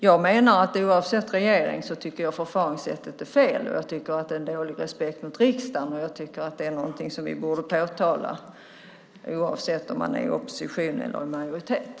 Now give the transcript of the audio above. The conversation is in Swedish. Jag menar att oavsett regering är förfaringssättet fel. Det visar dålig respekt för riksdagen. Det är något vi borde påtala, oavsett om man är i opposition eller majoritet.